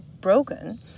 broken